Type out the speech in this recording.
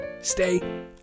stay